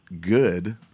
good